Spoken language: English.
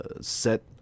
set